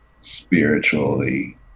spiritually